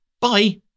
Bye